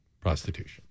prostitution